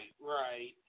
right